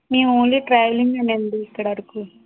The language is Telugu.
మేము ఓన్లీ ట్రావెలింగేనండి ఇక్కడ అరకు